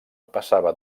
passava